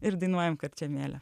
ir dainuojame karčemėlė